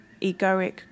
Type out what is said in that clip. egoic